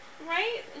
right